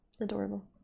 adorable